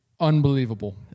unbelievable